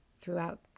throughout